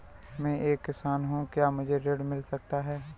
मैं एक किसान हूँ क्या मुझे ऋण मिल सकता है?